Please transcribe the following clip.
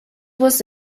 was